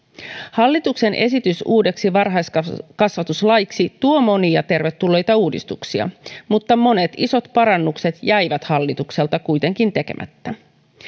hallituksen esitys uudeksi varhaiskasvatuslaiksi tuo monia tervetulleita uudistuksia mutta monet isot parannukset jäivät hallitukselta kuitenkin tekemättä